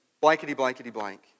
blankety-blankety-blank